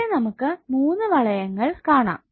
ഇവിടെ നമുക്ക് മൂന്ന് വളയങ്ങൾ കാണാം